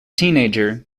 teenager